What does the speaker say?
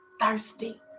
thirsty